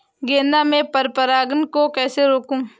गेंदा में पर परागन को कैसे रोकुं?